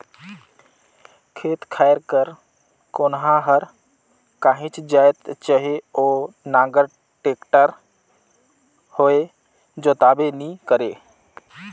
खेत खाएर कर कोनहा हर काहीच जाएत चहे ओ नांगर, टेक्टर होए जोताबे नी करे